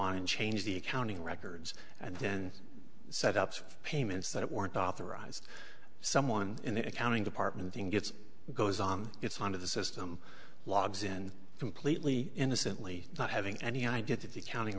on and change the accounting records and then set up some payments that weren't authorized someone in the accounting department thing gets goes on it's one of the system logs in completely innocently not having any idea to the accounting